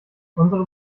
unsere